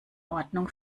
ordnung